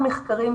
כל